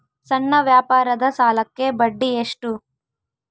ಸಣ್ಣ ವ್ಯಾಪಾರದ ಸಾಲಕ್ಕೆ ಬಡ್ಡಿ ಎಷ್ಟು?